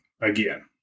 again